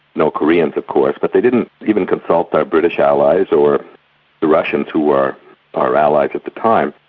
no koreans of course, but they didn't even consult their british allies or the russians who were our allies at the time.